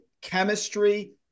chemistry